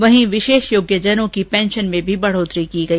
वहीं विशेष योग्यजनों की पेंशन में बढोतरी की गई